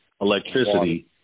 electricity